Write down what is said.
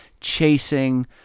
chasing